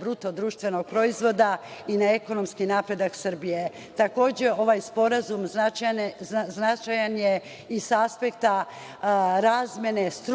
bruto društvenog proizvoda i na ekonomski napredak Srbije. Takođe, ovaj sporazum značajan je i sa aspekta razmene stručnjaka